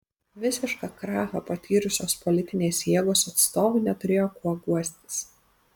visišką krachą patyrusios politinės jėgos atstovai neturėjo kuo guostis